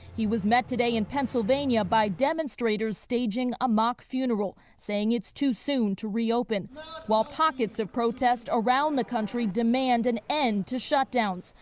he was met today in pennsylvania by demonstrators staging a mock funeral saying it's too soon to reopen while pockets of protests around the country demand an end to shutdown.